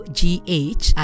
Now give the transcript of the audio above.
gh